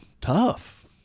tough